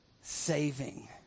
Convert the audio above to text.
saving